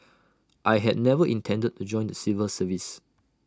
I had never intended to join the civil service